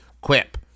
Quip